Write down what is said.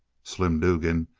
slim dugan,